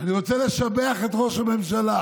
אני רוצה לשבח את ראש הממשלה